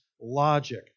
logic